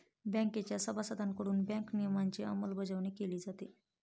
बँकेच्या सभासदांकडून बँक नियमनाची अंमलबजावणी केली जाते